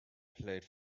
played